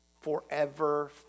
forever